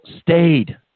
stayed